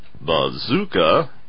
Bazooka